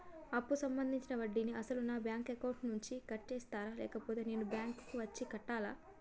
అప్పు సంబంధించిన వడ్డీని అసలు నా బ్యాంక్ అకౌంట్ నుంచి కట్ చేస్తారా లేకపోతే నేను బ్యాంకు వచ్చి కట్టాలా?